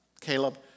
Caleb